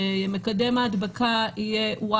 כשמקדם ההדבקה יהיה Y,